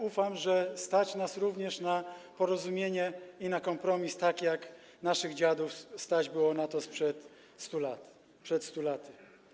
Ufam, że stać nas również na porozumienie i na kompromis, tak jak naszych dziadów stać było na to przed 100 laty.